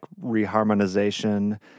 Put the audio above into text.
reharmonization